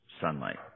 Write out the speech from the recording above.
sunlight